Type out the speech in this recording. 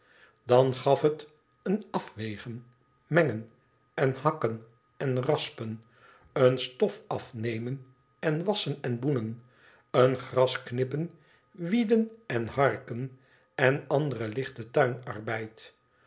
dan gaf het een afwegen mengen en hakken en raspen een stof afnemen en wasschen en boenen een gras knippen wieden en harken en anderen lichten